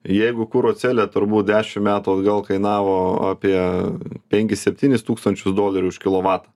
jeigu kuro celė turbūt dešim metų atgal kainavo apie penkis septynis tūkstančius dolerių už kilovatą